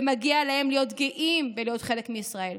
ומגיע להם להיות גאים ולהיות חלק מישראל.